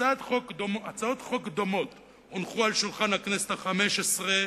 הצעות חוק דומות הונחו על שולחן הכנסת החמש-עשרה,